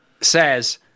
says